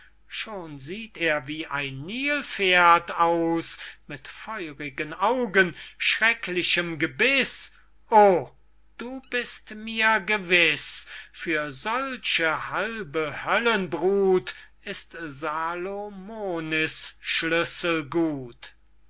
schon sieht er wie ein nilpferd aus mit feurigen augen schrecklichem gebiß o du bist mir gewiß für solche halbe höllenbrut ist salomonis schlüssel gut